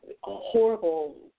horrible